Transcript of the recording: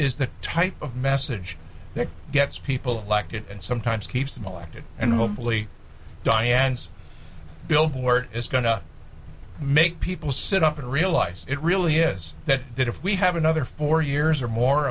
is the type of message that gets people elected and sometimes keeps them elected and hopefully diane's billboard is going to make people sit up and realize it really is that if we have another four years or more